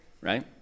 right